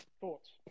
thoughts